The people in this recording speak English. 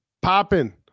popping